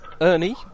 Ernie